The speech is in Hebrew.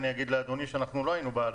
אני אגיד לאדוני שאנחנו לא היינו בעד